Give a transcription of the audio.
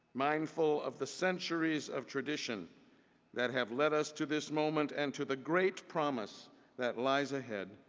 mindful of the centuries of tradition that have lead us to this moment and to the great promise that lies ahead,